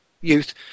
youth